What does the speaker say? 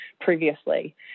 previously